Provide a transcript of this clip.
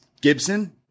Gibson